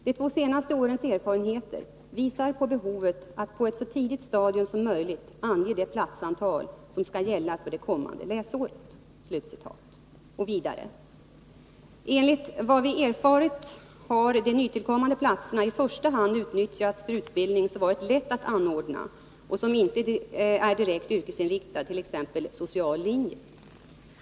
De två senaste årens erfarenheter visar på behovet att på ett så tidigt stadium som möjligt ange det platsantal som skall gälla för det kommande läsåret.” Vidare anförde vi: ”Enligt vad vi erfarit har de nytillkommande platserna i första hand utnyttjats för utbildning som varit lätt att anordna och som inte är direkt yrkesinriktad, t.ex. social linje.